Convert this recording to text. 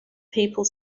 people